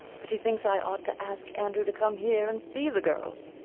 but he thinks i ought to ask andrew to come here and see the girls.